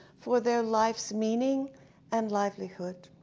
for their life's meaning and livelihood.